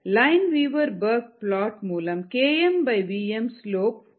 Lineweaver Burk plot மூலம் Kmvm slope கிடைக்கும் என்று நாம் அறிவோம்